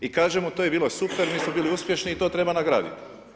I kažemo to je bilo super, mi smo bili uspješni i to treba nagraditi.